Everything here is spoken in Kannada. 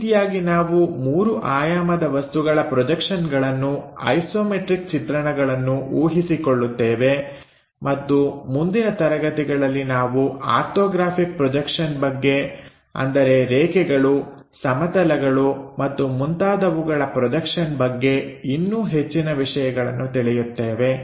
ಈ ರೀತಿಯಾಗಿ ನಾವು ಮೂರು ಆಯಾಮದ ವಸ್ತುಗಳ ಪ್ರೊಜೆಕ್ಷನ್ಗಳನ್ನು ಐಸೋಮೆಟ್ರಿಕ್ ಚಿತ್ರಣಗಳನ್ನು ಉಹಿಸಿಕೊಳ್ಳುತ್ತೇವೆ ಮತ್ತು ಮುಂದಿನ ತರಗತಿಗಳಲ್ಲಿ ನಾವು ಆರ್ಥೋಗ್ರಾಫಿಕ್ ಪ್ರೋಜಕ್ಷನ್ ಬಗ್ಗೆ ಅಂದರೆ ರೇಖೆಗಳು ಸಮತಲಗಳು ಮತ್ತು ಮುಂತಾದವುಗಳ ಪ್ರೊಜೆಕ್ಷನ್ ಬಗ್ಗೆ ಇನ್ನೂ ಹೆಚ್ಚಿನ ವಿಷಯಗಳನ್ನು ತಿಳಿಯುತ್ತೇವೆ